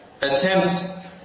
attempt